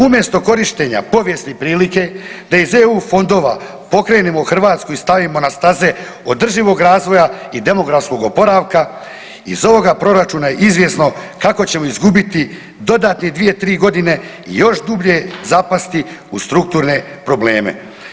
Umjesto korištenja povijesne prilike da iz EU fondova pokrenemo Hrvatsku i stavimo na staze održivog razvoja i demografskog oporavka iz ovoga proračuna je izvjesno kako ćemo izgubiti dodatne 2-3.g. i još dublje zapasti u strukturne problema.